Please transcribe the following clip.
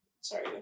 sorry